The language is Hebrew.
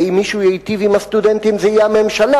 ואם מישהו ייטיב עם הסטודנטים זו תהיה הממשלה